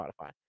Spotify